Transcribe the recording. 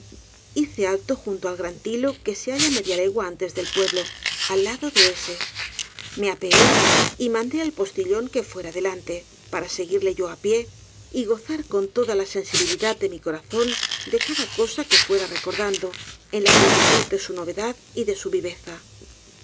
hice alto junto al gran tilo que se halla media legua antes del pueblo al lado de s me apeé y mandé al postillón que fuera delante para seguirle yo á pie y gozar con toda la sensibilidad de mi corazón de cada cosa que fuera recordando en la plenitud de su novedad y de su viveza